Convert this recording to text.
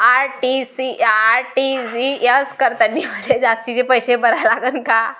RTGS करतांनी मले जास्तीचे पैसे भरा लागन का?